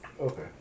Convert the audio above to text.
Okay